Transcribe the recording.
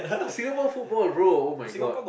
Singapore football bro oh my god